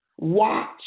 watch